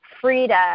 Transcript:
Frida